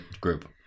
group